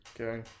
Okay